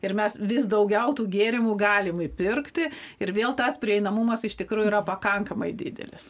ir mes vis daugiau tų gėrimų galim įpirkti ir vėl tas prieinamumas iš tikrų yra pakankamai didelis